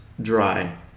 dry